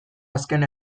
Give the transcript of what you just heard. azken